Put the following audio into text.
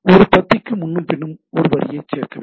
ஒரு பத்திக்கு முன்னும் பின்னும் ஒரு வரியைச் சேர்க்கவும்